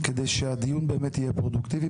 כדי שהדיון באמת יהיה פרודוקטיבי.